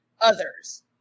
others